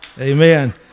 Amen